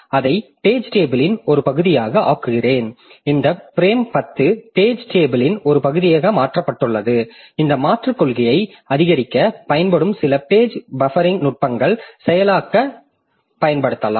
அதை பேஜ் டேபிள்ன் ஒரு பகுதியாக ஆக்குகிறேன் இந்த பிரேம் 10 பேஜ் டேபிள்ன் ஒரு பகுதியாக மாற்றப்பட்டுள்ளது இந்த மாற்றுக் கொள்கைகளை அதிகரிக்கப் பயன்படும் சில பேஜ் பஃப்ரிங் நுட்பங்கள் செயலாக்கப் பயன்படுத்தலாம்